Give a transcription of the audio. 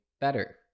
better